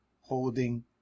holding